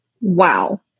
Wow